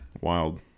Wild